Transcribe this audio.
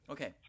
Okay